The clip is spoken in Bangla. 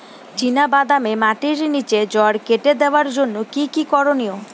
চিনা বাদামে মাটির নিচে জড় কেটে দেওয়ার জন্য কি কী করনীয়?